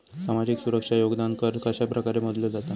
सामाजिक सुरक्षा योगदान कर कशाप्रकारे मोजलो जाता